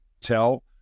tell